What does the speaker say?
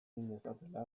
dezatela